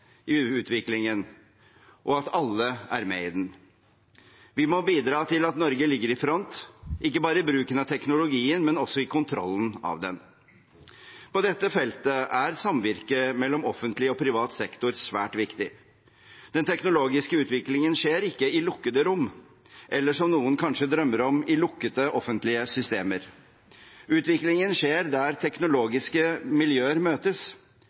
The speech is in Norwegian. utviklingen, og at alle er med i den. Vi må bidra til at Norge ligger i front, ikke bare i bruken av teknologien, men også i kontrollen av den. På dette feltet er samvirket mellom offentlig og privat sektor svært viktig. Den teknologiske utviklingen skjer ikke i lukkede rom eller – som noen kanskje drømmer om – i lukkede offentlige systemer. Utviklingen skjer der teknologiske miljøer møtes,